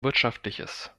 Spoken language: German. wirtschaftliches